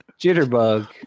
jitterbug